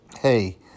hey